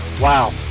wow